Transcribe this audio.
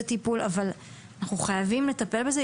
אבל אנחנו חייבים לטפל בזה.